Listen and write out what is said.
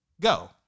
go